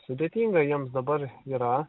sudėtinga jiems dabar yra